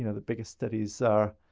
you know the biggest studies are,